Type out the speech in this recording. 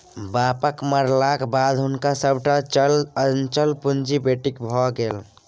बापक मरलाक बाद हुनक सभटा चल अचल पुंजी बेटीक भए गेल